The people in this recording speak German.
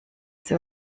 sie